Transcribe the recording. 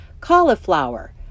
Cauliflower